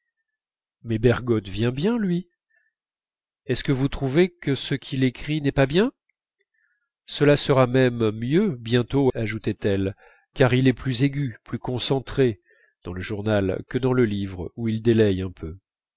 mais bergotte vient bien lui est-ce que vous trouvez que ce qu'il écrit n'est pas bien cela sera même mieux bientôt ajoutait-elle car il est plus aigu plus concentré dans le journal que dans le livre où il délaie un peu